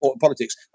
politics